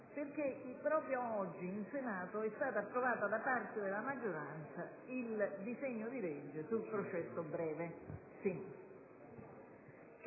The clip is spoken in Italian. perché proprio oggi in Senato è stato approvato da parte della maggioranza il disegno di legge sul processo breve.